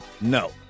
No